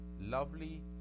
Lovely